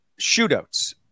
shootouts